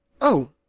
Oh